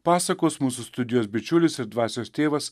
pasakos mūsų studijos bičiulis ir dvasios tėvas